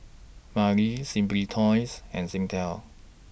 Simply Toys and Singtel